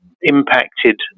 impacted